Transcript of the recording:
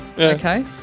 okay